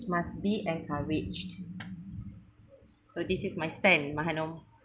must be encouraged so this is my stand mahanom